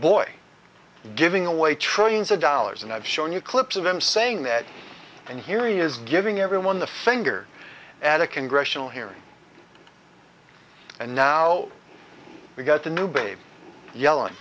boy giving away trillions of dollars and i've shown you clips of him saying that and here he is giving everyone the finger at a congressional hearing and now we've got a new baby yelling